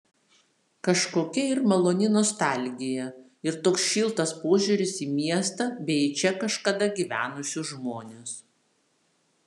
kažkokia ir maloni nostalgija ir toks šiltas požiūris į miestą bei į čia kažkada gyvenusius žmones